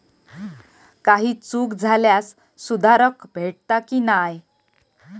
काही चूक झाल्यास सुधारक भेटता की नाय?